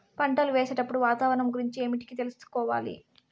పంటలు వేసేటప్పుడు వాతావరణం గురించి ఏమిటికి తెలుసుకోవాలి?